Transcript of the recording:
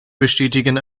bestätigen